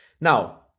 Now